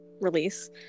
release